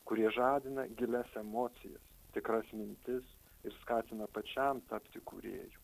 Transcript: kurie žadina gilias emocijas tikras mintis ir skatina pačiam tapti kūrėju